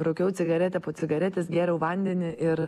rūkiau cigaretę po cigaretės gėriau vandenį ir